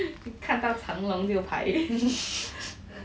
看到长龙就排